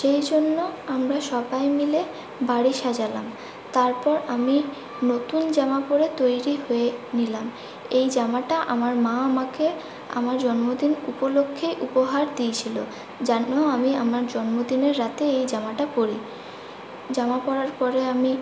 সেই জন্য আমরা সবাই মিলে বাড়ি সাজালাম তারপর আমি নতুন জামা পরে তৈরি হয়ে নিলাম এই জামাটা আমার মা আমাকে আমার জন্মদিন উপলক্ষে উপহার দিয়েছিলো যেন আমি আমার জন্মদিনের রাতে এই জামাটা পরি জামা পরার পরে আমি